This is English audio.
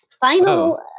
final